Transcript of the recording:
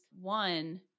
One